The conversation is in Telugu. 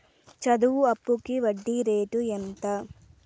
చదువు అప్పుకి వడ్డీ రేటు ఎంత?